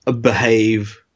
behave